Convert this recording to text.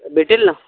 भेटेल ना